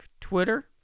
Twitter